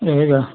रहेगा